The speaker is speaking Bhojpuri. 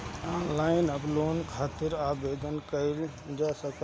ऑनलाइन अब लोन खातिर आवेदन कईल जा सकत बाटे